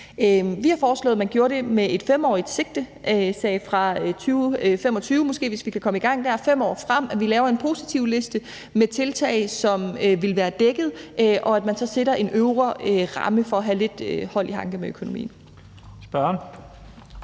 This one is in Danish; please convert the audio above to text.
Vi har foreslået, at man gjorde det med et 5-årigt sigte og sagde, at måske fra 2025, hvis vi kan komme i gang der, og 5 år frem laver vi en positivliste med tiltag, som vil være dækket, og at man så sætter en øvre ramme for at have lidt hånd i hanke med økonomien.